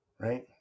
right